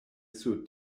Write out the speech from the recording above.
sur